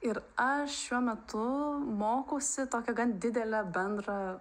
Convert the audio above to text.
ir aš šiuo metu mokausi tokią gan didelę bendrą